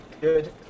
good